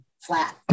flat